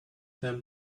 them